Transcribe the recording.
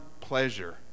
pleasure